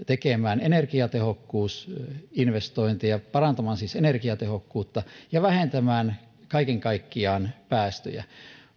tekemään energiatehokkuusinvestointeja parantamaan siis energiatehokkuutta ja vähentämään kaiken kaikkiaan päästöjä